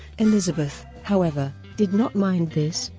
elizabeth, however, did not mind this,